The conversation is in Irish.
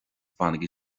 bainigí